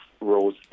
rose